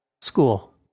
school